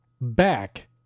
back